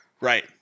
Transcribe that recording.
Right